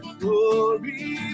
glory